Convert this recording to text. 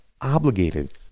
obligated